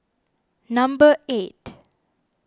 number eight